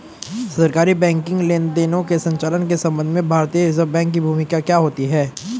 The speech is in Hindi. सरकारी बैंकिंग लेनदेनों के संचालन के संबंध में भारतीय रिज़र्व बैंक की भूमिका क्या होती है?